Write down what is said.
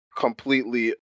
Completely